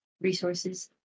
resources